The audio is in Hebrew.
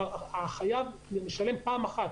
החייב משלם פעם אחת,